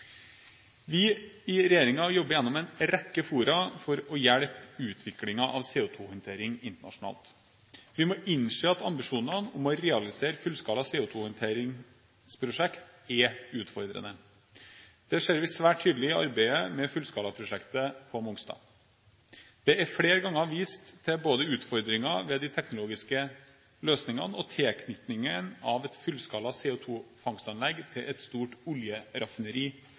Vi i regjeringen jobber gjennom en rekke fora for å hjelpe utviklingen av CO2-håndtering internasjonalt. Vi må innse at ambisjonene om å realisere fullskala CO2-håndteringsprosjekter er utfordrende. Det ser vi svært tydelig i arbeidet med fullskalaprosjektet på Mongstad. Det er flere ganger vist til både utfordringer ved de teknologiske løsningene og tilknytningen av et fullskala CO2-fangstanlegg til et stort